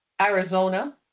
Arizona